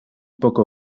poco